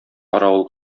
каравыл